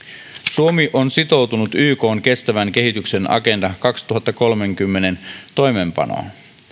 suomi on sitoutunut ykn kestävän kehityksen agenda kaksituhattakolmekymmentän toimeenpanoon